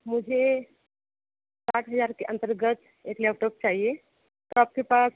मुझे साठ हज़ार के अंतर्गत एक लैपटॉप चाहिए आपके पास